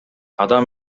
адам